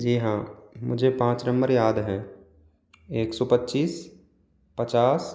जी हाँ मुझे पाँच नंबर याद हैं एक सो पच्चीस पचास